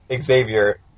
xavier